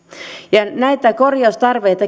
näitä korjaustarpeita